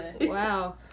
Wow